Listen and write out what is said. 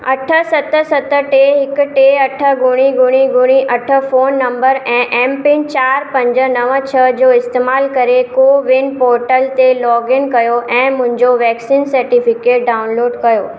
अठ सत सत टे हिकु टे अठ ॿुड़ी ॿुड़ी ॿुड़ी अठ फोन नंबर ऐं एम पिन चारि पंज नव छह जो इस्तेमालु करे कोविन पोर्टल ते लॉगइन कयो ऐं मुंहिंजो वैक्सीन सर्टिफिकेट डाउनलोड कयो